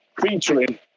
featuring